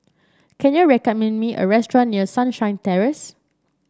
can you recommend me a restaurant near Sunshine Terrace